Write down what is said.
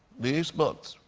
these books,